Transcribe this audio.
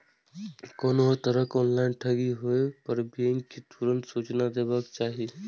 कोनो तरहक ऑनलाइन ठगी होय पर बैंक कें तुरंत सूचना देबाक चाही